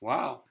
Wow